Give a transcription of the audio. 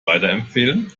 weiterempfehlen